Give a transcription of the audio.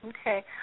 Okay